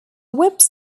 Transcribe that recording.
whips